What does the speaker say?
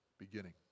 beginning